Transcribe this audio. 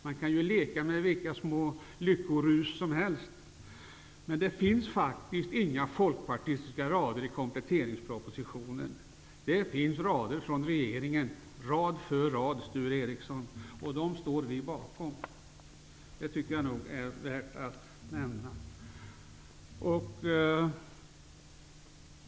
Man kan ju skapa sig vilka små lyckorus som helst, men det finns faktiskt inga folkpartistiska rader i kompletteringspropositionen. Texten är regeringens, Sture Ericsson, rad för rad, och alla dessa rader står vi bakom. Det tycker jag nog är värt att understryka.